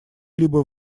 либо